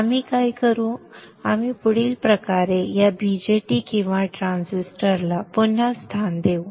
आपण काय करू आपण पुढील प्रकारे या BJT किंवा ट्रान्झिस्टरला पुन्हा स्थान देऊ